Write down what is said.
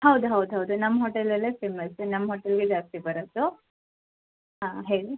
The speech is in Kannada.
ಹೌದು ಹೌದು ಹೌದು ನಮ್ಮ ಹೋಟೆಲಲ್ಲೇ ಫ಼ೇಮಸ್ ನಮ್ಮ ಹೋಟೆಲ್ಗೆ ಜಾಸ್ತಿ ಬರೋದು ಆ ಹೇಳಿ